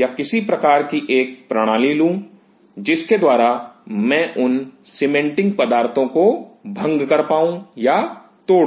या किसी प्रकार की प्रणाली लूं जिसके द्वारा मैं उन सीमेंटिंग पदार्थों को भंग पाऊं या तोड़ दूं